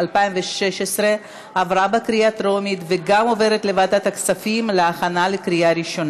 כתומך, וגם השר אזולאי.